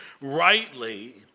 rightly